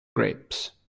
grapes